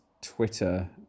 Twitter